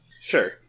Sure